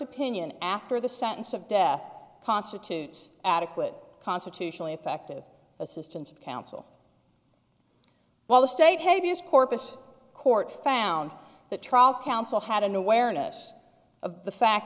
opinion after the sentence of death constitutes adequate constitutionally effective assistance of counsel while the state habeas corpus court found the trial counsel had an awareness of the fact